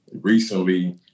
recently